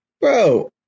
bro